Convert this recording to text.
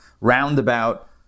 roundabout